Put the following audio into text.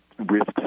risks